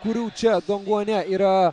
kurių čia donguane yra